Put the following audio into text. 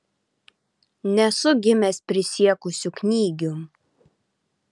nesu gimęs prisiekusiu knygium